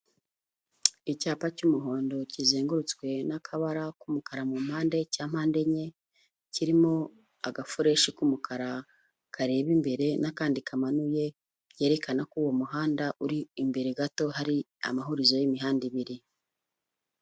Icyapa cy'umuhondo kizengurutswe n'akabara k'umukara mu mpande cya mpande enye, kirimo agafureshi k'umukara kareba imbere n'akandi kamanuye, byerekana ko uwo muhanda uri imbere gato, hari amahuzo y'imihanda ibiri.